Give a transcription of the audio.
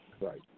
Right